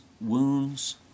wounds